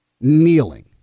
kneeling